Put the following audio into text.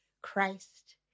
Christ